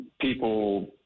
people